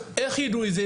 איך ידעו את זה,